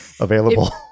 available